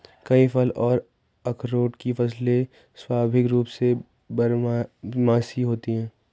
कई फल और अखरोट की फसलें स्वाभाविक रूप से बारहमासी होती हैं